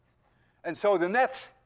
and so the net,